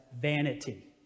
vanity